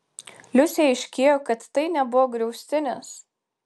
liusei aiškėjo kad tai nebuvo griaustinis